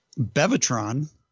bevatron